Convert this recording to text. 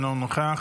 אינו נוכח,